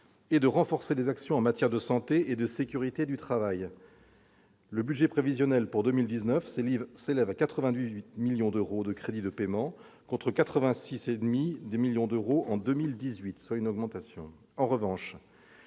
et de renforcer les actions en matière de santé et de sécurité au travail. Son budget prévisionnel pour 2019 s'élève à 88 millions d'euros en crédits de paiement, contre 86,52 millions d'euros en 2018. En revanche,